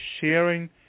sharing